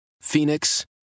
Phoenix